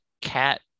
cat